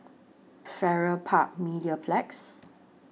Farrer Park Mediplex